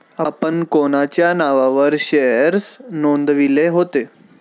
आपण कोणाच्या नावावर शेअर्स नोंदविले होते?